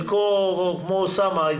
אני